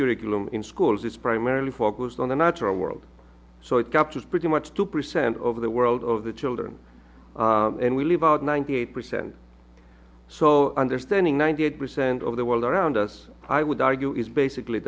curriculum in schools it's primarily focused on the natural world so it captures pretty much two percent over the world of the children and we live about ninety eight percent so understanding one hundred percent of the world around us i would argue is basically